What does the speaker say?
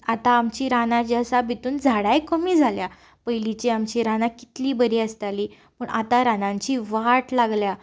आतां आमचीं रानां जीं आसा तितूंत झाडांय कमी जाल्यां पयलींचीं आमचीं रानां कितलीं बरीं आसतालीं पूण आतां रानांची वाट लागल्या